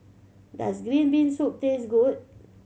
does green bean soup taste good